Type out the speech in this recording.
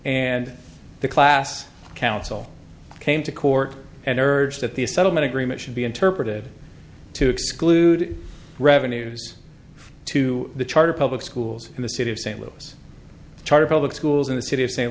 and the class council came to court and urged that the settlement agreement should be interpreted to exclude revenues to the charter public schools in the city of st louis charter public schools in the city